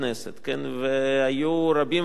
והיו רבים וטובים